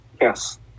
Yes